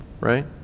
right